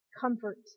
Comfort